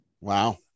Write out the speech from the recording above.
Wow